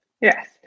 yes